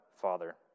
father